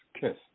kiss